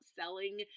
selling